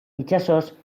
itsasoz